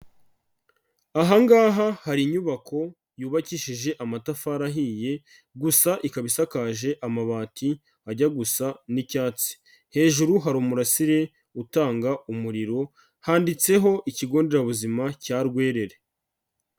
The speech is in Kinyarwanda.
Aha ngaha hari inyubako yubakishije amatafari ahiye, gusa ikaba isakaje amabati ajya gusa n'icyatsi, hejuru hari umurasire utanga umuriro handitseho ikigo nderabuzima cya Rwerere.